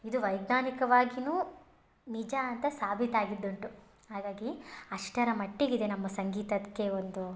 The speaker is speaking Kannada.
ಇದು ವೈಜ್ಞಾನಿಕವಾಗಿನೂ ನಿಜ ಅಂತ ಸಾಬೀತು ಆಗಿದ್ದುಂಟು ಹಾಗಾಗಿ ಅಷ್ಟರ ಮಟ್ಟಿಗೆ ಇದೆ ನಮ್ಮ ಸಂಗೀತಕ್ಕೆ ಒಂದು